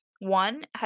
one